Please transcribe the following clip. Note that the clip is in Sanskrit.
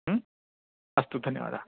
अस्तु धन्यवादाः